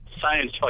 science